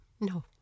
No